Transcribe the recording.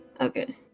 Okay